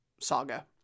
saga